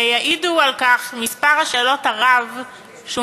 ויעיד על כך מספר השאלות הרב שהוא